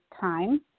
time